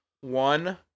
One